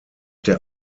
der